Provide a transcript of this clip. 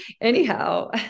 Anyhow